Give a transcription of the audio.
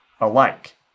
alike